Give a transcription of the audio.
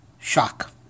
shock